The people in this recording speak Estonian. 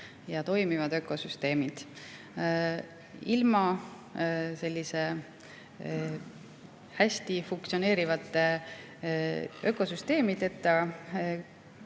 ja toimivad ökosüsteemid. Ilma hästi funktsioneerivate ökosüsteemideta